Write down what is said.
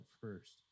first